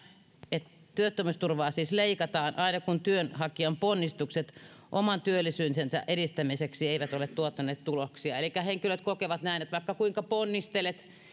että työttömyysturvaa siis leikataan aina kun työnhakijan ponnistukset oman työllisyytensä edistämiseksi eivät ole tuottaneet tuloksia elikkä henkilöt kokevat näin että vaikka kuinka ponnistelet